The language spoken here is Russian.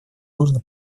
нужно